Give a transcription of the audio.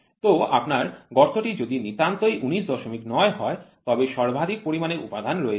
তো আপনার গর্তটি যদি নিতান্তই ১৯৯ হয় তবে সর্বাধিক পরিমাণে উপাদান রয়েছে